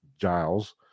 Giles